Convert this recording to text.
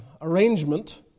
arrangement